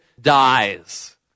dies